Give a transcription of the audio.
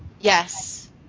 Yes